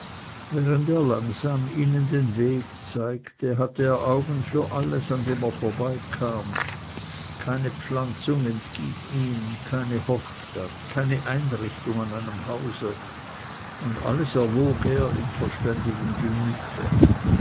während er langsam ihnen den weg zeigte hatte er augen für alles an dem er vorbeikam keine pflanzung entging ihm keine hofstatt keine einrichtung an einem hause und alles erwog er in verständigem gemüte